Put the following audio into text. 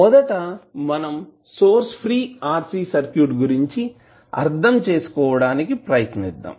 మొదట మనం source free RC circuit గురించి అర్ధం చేసుకోవడానికి ప్రయత్నిద్దాం